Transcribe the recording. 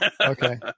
Okay